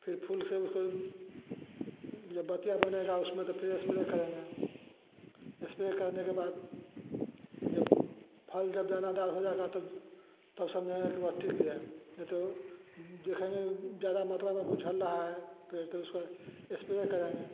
फिर फूल से उसको जब बतिया बनेगा उसमें तो पूरा एस्प्रे करेंगे एस्प्रे करने के बाद जब फल जब दानादार हो जाएगा तब तो समझिए कि वो टिक गया नहीं तो देखेंगे ज़्यादा मात्रा में उझल रहा है फिर तो उसको एस्प्रे करेंगे